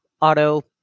auto